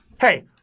Hey